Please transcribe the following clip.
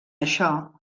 això